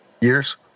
years